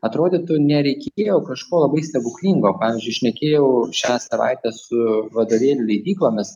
atrodytų nereikėjo kažko labai stebuklingo pavyzdžiui šnekėjau šią savaitę su vadovėlių leidyklomis